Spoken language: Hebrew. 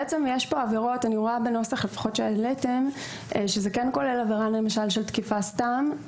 אני רואה בנוסח שהעליתם שזה כן כולל עבירה של תקיפה סתם,